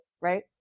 right